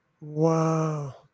wow